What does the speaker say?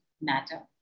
matter